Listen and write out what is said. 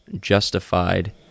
justified